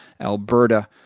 Alberta